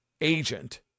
agent